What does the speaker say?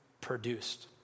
produced